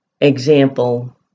example